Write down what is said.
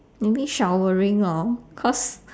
maybe showering lor cause